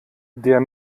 der